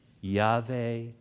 Yahweh